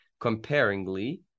Comparingly